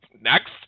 next